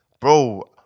bro